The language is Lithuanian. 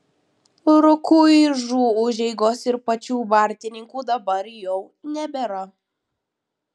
rukuižų užeigos ir pačių bartininkų dabar jau nebėra